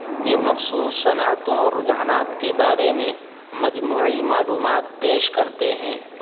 یہ مخصوص صنعتوں اور رجحانات کے بارے میں مجموعی معلومات پیش کرتے ہیں